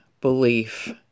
belief